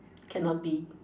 cannot be